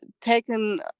taken